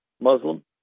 Muslim